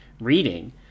reading